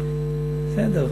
בסדר,